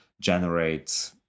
generate